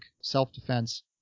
self-defense